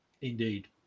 Indeed